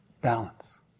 balance